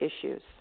issues